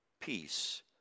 peace